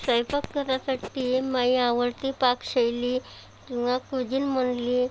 स्वैंपाक करायसाठी माझी आवडती पाकशैली किंवा कुजिन म्हटली